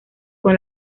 con